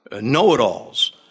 know-it-alls